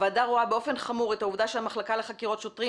הוועדה רואה באופן חמור את העובדה שהמחלקה לחקירות שוטרים